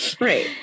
Right